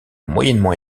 moyennement